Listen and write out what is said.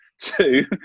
two